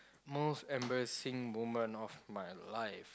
most embarrassing moment of my life